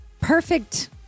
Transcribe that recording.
perfect